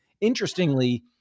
interestingly